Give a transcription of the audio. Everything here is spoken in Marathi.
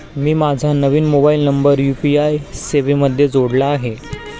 मी माझा नवीन मोबाइल नंबर यू.पी.आय सेवेमध्ये जोडला आहे